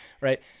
Right